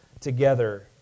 together